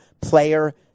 player